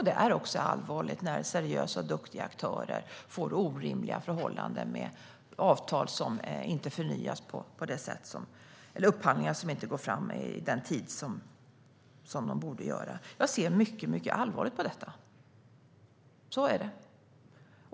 Det är också allvarligt när seriösa och duktiga aktörer får orimliga förhållanden med upphandlingar som inte går fram i den tid som de borde göra. Jag ser mycket allvarligt på detta. Så är det.